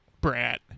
brat